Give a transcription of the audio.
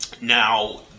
now